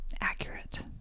accurate